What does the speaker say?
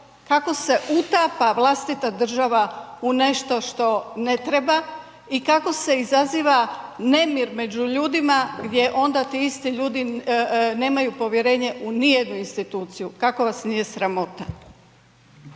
kako se utapa vlastita država u nešto što ne treba i kako se izaziva nemir među ljudima, gdje onda ti isti ljudi nemaju povjerenje u nijednu instituciju. Kako vas nije sramota.